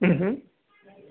ಹ್ಞೂ ಹ್ಞೂ